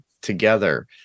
together